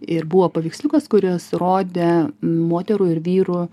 ir buvo paveiksliukas kuris rodė moterų ir vyrų